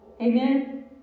Amen